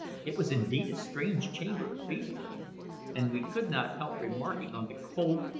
it was indeed a strange chamber to feast in and we could not help remarking on the cold,